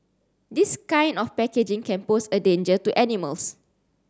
this kind of packaging can pose a danger to animals